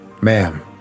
Ma'am